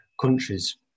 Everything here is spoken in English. countries